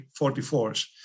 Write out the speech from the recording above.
44s